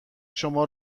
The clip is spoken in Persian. شما